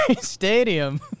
stadium